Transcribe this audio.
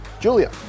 Julia